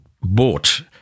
bought